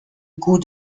goût